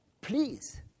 please